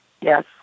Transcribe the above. Yes